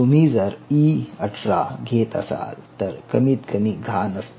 तुम्ही जर इ18 घेत असाल तर कमीत कमी घाण असते